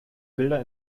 bilder